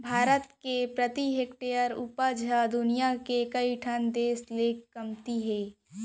भारत के फसल प्रति हेक्टेयर उपज ह दुनियां के कइ ठन देस ले कमती हे